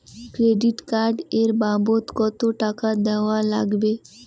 Credit card এর বাবদ কতো টাকা দেওয়া লাগবে?